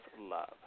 love